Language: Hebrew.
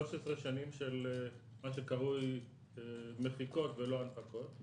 שנים של מה שקרוי מחיקות ולא הנפקות.